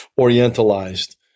orientalized